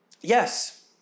yes